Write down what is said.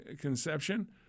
conception